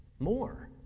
more.